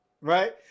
Right